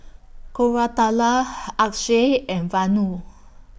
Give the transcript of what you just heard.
Koratala Akshay and Vanu